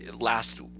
last